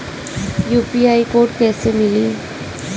UPI code कैसे मिली?